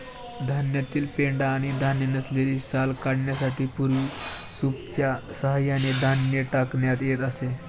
धान्यातील पेंढा आणि धान्य नसलेली साल काढण्यासाठी पूर्वी सूपच्या सहाय्याने धान्य टाकण्यात येत असे